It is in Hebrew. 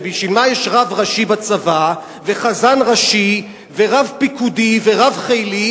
ובשביל מה יש רב ראשי בצבא וחזן ראשי ורב פיקודי ורב חילי,